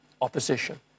opposition